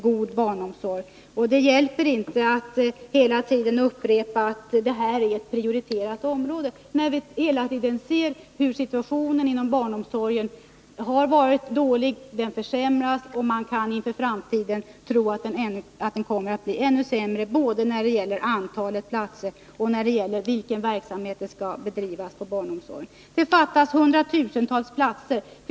Det hjälper inte heller att hela tiden upprepa att barnomsorgen är ett prioriterat område, när vi kan konstatera att situationen inom barnomsorgen har varit dålig och nu försämras. Och inför framtiden kommer den antagligen att bli ännu sämre, både när det gäller antalet platser och i fråga om vilken verksamhet som skall bedrivas. Det fattas hundratusentals platser.